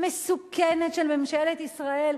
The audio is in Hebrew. מסוכנת של ממשלת ישראל,